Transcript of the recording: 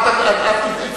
אני מנסה להבין.